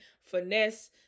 finesse